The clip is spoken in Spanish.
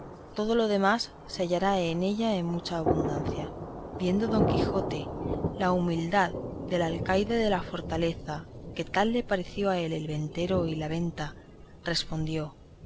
todo lo demás se hallará en ella en mucha abundancia viendo don quijote la humildad del alcaide de la fortaleza que tal le pareció a él el ventero y la venta respondió